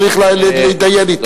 מה צריך להתדיין אתו?